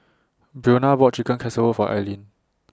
Breonna bought Chicken Casserole For Aileen